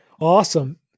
Awesome